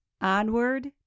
onward